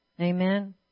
Amen